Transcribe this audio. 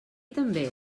també